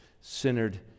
Centered